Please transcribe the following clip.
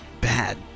bad